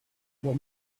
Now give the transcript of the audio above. what